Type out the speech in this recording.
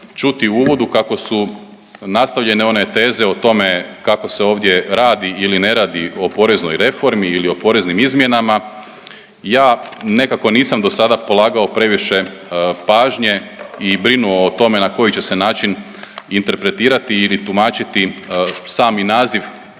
čuti u uvodu kako su nastavljene one teze o tome kako se ovdje radi ili ne radi o poreznoj reformi ili o poreznim izmjenama. Ja nekako nisam do sada polagao previše pažnje i brinuo o tome na koji će se način interpretirati ili tumačiti sami naziv